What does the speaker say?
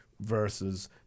versus